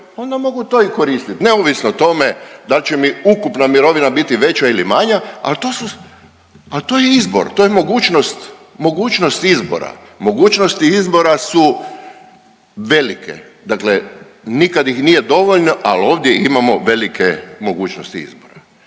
onda mogu to i koristit, neovisno o tome dal će mi ukupna mirovina biti veća ili manja, al to je izbor, to je mogućnost izbora. Mogućnosti izbora su velike, dakle nikad ih nije dovoljno al ovdje imamo velike mogućnosti izbora.